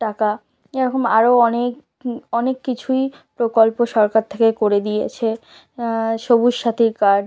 টাকা এরকম আরও অনেক অনেক কিছুই প্রকল্প সরকার থেকে করে দিয়েছে সবুজ সাথী কার্ড